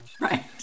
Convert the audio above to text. Right